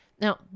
Now